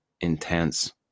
intense